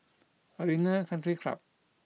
Arena Country Club